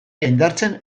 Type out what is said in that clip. indartzen